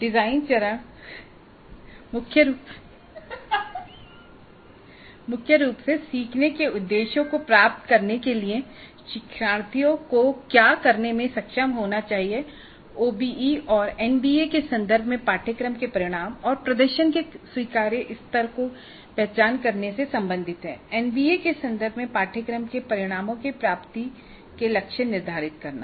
design चरण मुख्य रूप से सीखने के उद्देश्यों को प्राप्त करने के लिए शिक्षार्थियों को क्या करने में सक्षम होना चाहिए ओबीई और एनबीए के संदर्भ में पाठ्यक्रम के परिणाम और प्रदर्शन के स्वीकार्य स्तरों की पहचान करने से सम्बन्धित है एनबीए के संदर्भ में पाठ्यक्रम के परिणामों की प्राप्ति के लक्ष्य निर्धारित करना